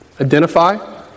Identify